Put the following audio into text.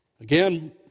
Again